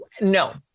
no